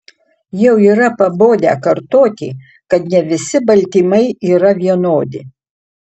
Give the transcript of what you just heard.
jau yra pabodę kartoti kad ne visi baltymai yra vienodi